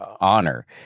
honor